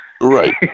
Right